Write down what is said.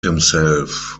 himself